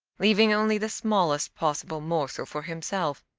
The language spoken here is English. leaving only the smallest possible morsel for himself.